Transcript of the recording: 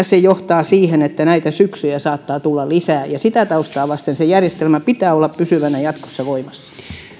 se johtaa siihen että näitä syksyjä saattaa tulla lisää sitä taustaa vasten sen järjestelmän pitää olla pysyvänä jatkossa voimassa